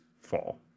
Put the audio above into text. fall